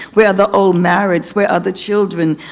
where are the old marrieds? where are the children?